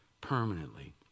permanently